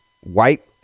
white